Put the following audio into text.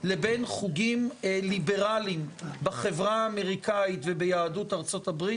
לבין חוגים ליברליים בחברה האמריקאית וביהדות ארצות-הברית.